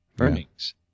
earnings